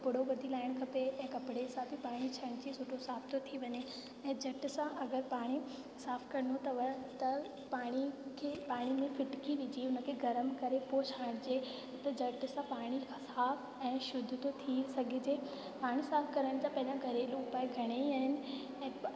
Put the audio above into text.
कपिड़ो ॿधी लाइणु खपे ऐं कपिड़े सां बि पाणी छणिजी सुठो साफ़ु थो थी वञे ऐं झटि सां अगरि पाणी साफ़ु करिणो अथव त पाणी खे पाणी में फिटकी विझी उन खे गरम करे पो छाणिजे त झटि सां पाणी साफ़ु ऐं शुद्ध थो थी सघिजे पाणी साफ़ु करण जा पंहिंजा घरेलू उपाय घणेई आहिनि ऐं